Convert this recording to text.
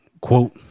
quote